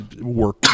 work